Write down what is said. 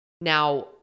Now